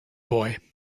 boy